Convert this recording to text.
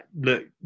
Look